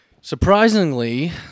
Surprisingly